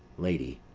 lady.